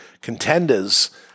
contenders